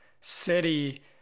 City